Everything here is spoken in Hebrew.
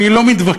אני לא מתווכח.